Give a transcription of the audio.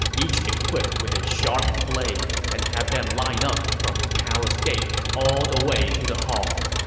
each equipped with a sharp blade, and have them line up from the palace gate all the way to the hall.